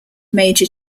major